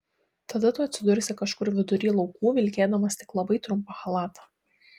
tada tu atsidursi kažkur vidury laukų vilkėdamas tik labai trumpą chalatą